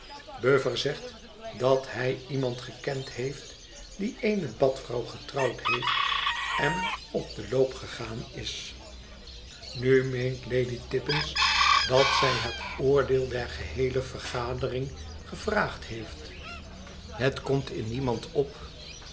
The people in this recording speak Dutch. buffer zegt dat hij iemand gekend heeft die eene badvrouw getrouwd heeft en op den loop gegaan is nu meent lady tippins dat zij het oordeel der geheele vergadering gevraagd heeft het komt in niemand op